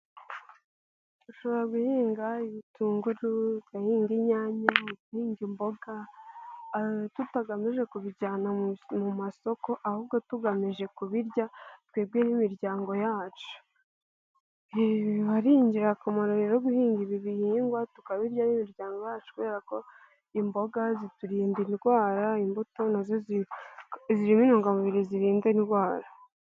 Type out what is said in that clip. Dushobora guhinga ibitunguru, ugahinga inyanya, ugahinga mboga tutagamije kubijyana mu masoko ahubwo tugamije kubirya twe n'imiryango yacu, biba ari ingirakamaro guhinga ibi bihingwa tukabirya twebwe n'imiryango yacu kubera imboga ziturinda indwara, imbuto nazo zirimo intungamubiri zirinda indwara.